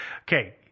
Okay